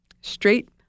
straight